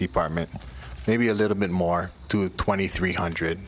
department maybe a little bit more to twenty three hundred